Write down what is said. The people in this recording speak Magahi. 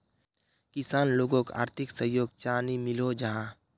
किसान लोगोक आर्थिक सहयोग चाँ नी मिलोहो जाहा?